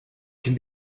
can